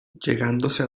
llegándose